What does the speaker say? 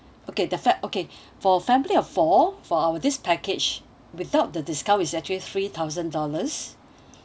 okay the fact okay for family of four for our this package without the discount is actually three thousand dollars